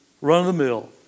run-of-the-mill